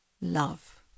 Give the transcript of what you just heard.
love